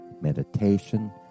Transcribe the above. meditation